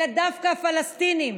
אלא דווקא הפלסטינים,